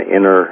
inner